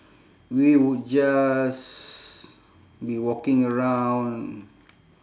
we would just be walking around